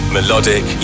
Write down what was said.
Melodic